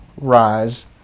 Rise